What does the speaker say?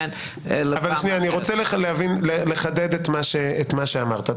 אני רוצה לחדד את מה שאמרת.